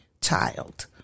child